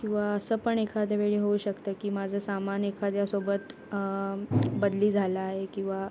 किंवा असं पण एखाद्या वेळी होऊ शकतं की माझं सामान एखाद्या सोबत बदली झाला आहे किंवा